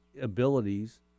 abilities